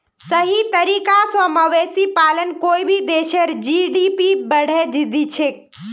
सही तरीका स मवेशी पालन कोई भी देशेर जी.डी.पी बढ़ैं दिछेक